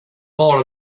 more